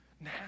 Now